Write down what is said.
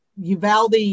Uvalde